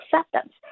acceptance